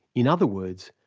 in other words,